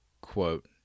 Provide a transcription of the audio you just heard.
quote